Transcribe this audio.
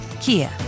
Kia